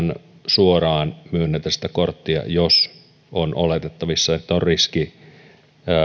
suoraan myönnetä sitä korttia jos on oletettavissa että on riski